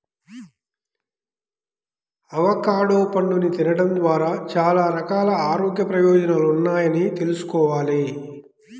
avocado పండుని తినడం ద్వారా చాలా రకాల ఆరోగ్య ప్రయోజనాలున్నాయని తెల్సుకోవాలి